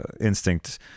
instinct